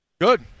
Good